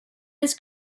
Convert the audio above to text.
his